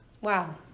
wow